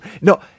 no